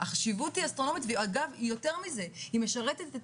החשיבות היא אסטרונומית והיא משרתת את